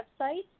website